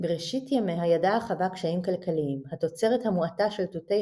בראשיתה ימיה ידעה החווה קשיים כלכליים התוצרת המועטה של תותי